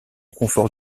confort